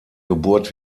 geburt